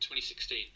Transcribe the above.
2016